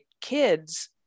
kids